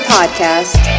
Podcast